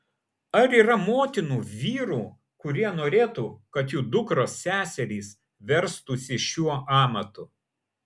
ar yra motinų vyrų kurie norėtų kad jų dukros seserys verstųsi šiuo amatu